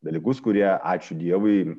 dalykus kurie ačiū dievui